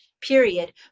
period